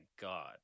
god